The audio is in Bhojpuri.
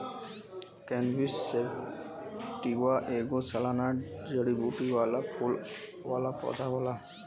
कैनबिस सैटिवा ऐगो सालाना जड़ीबूटी वाला फूल वाला पौधा होला